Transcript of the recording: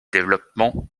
développement